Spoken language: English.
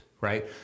right